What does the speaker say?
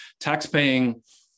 taxpaying